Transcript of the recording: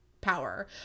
power